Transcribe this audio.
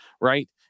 right